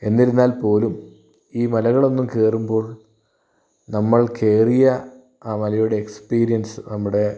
എന്നിരുന്നാൽ പോലും ഈ മലകൾ ഒന്നും കേറുമ്പോൾ നമ്മൾ കേറിയ മലയുടെ ആ എക്സ്പിരിയൻസ് നമ്മുടെ